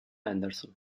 anderson